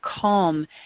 calm